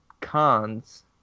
cons